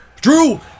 Drew